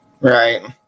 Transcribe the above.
Right